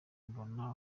mbona